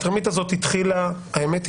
התרמית הזאת התחילה האמת,